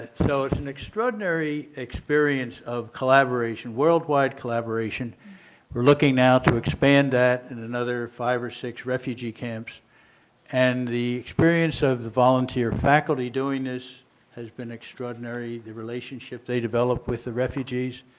so it's an extraordinary experience of collaboration, worldwide collaboration. we are looking now to expand that in another five or six refugee camps and the experience of the volunteer faculty doing this has been extraordinary. the relationship they develop with the refugees.